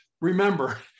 remember